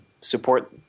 support